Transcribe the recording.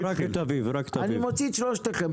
אני מוציא את שלושתכם,